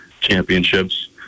championships